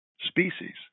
species